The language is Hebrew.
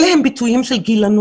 אלה הם ביטויים של גילנות,